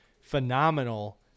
phenomenal